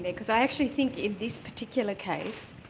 because i actually think in this particular case,